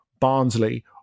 Barnsley